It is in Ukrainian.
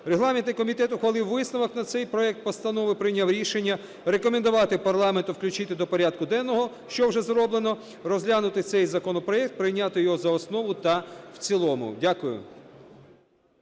Регламентний комітет ухвалив висновок на цей проект постанови. Прийняв рішення рекомендувати парламенту включити до порядку денного, що вже зроблено, розглянути цей законопроект, прийняти його за основу та в цілому. Дякую.